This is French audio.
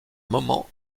moment